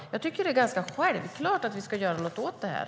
Jag tycker att det är ganska självklart att vi ska göra något åt det här.